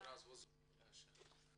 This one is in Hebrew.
חבר הכנסת יואל רזבוזוב בבקשה.